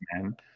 man